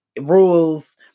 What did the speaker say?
Rules